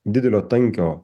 didelio tankio